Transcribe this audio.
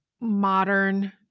modern